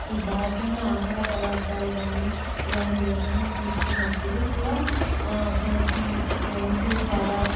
ఈ ఘటైన ఆహార పదార్థాలు కానీ ఇలాంటివి ఏమైనా తీసుకున్నప్పుడు కూడా మనకి గొంతు చాలా